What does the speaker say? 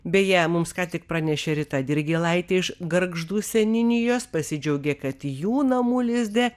beje mums ką tik pranešė rita dirgėlaitė iš gargždų seniūnijos pasidžiaugė kad jų namų lizde